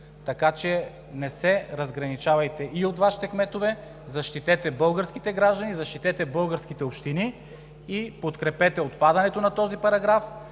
Така че не се разграничавайте и от Вашите кметове, защитете българските граждани, защитете българските общини и подкрепете отпадането на този параграф.